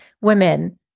women